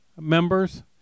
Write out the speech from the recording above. members